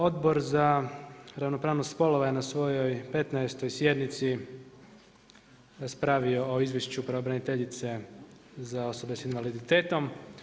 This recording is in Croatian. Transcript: Odbor za ravnopravnost spolova je na svojoj petnaestoj sjednici raspravio o Izvješću pravobraniteljice za osobe sa invaliditetom.